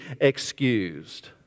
excused